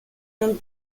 non